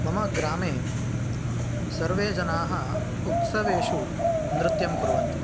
मम ग्रामे सर्वे जनाः उत्सवेषु नृत्यं कुर्वन्ति